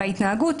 ובהתנהגות.